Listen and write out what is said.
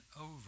over